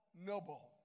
noble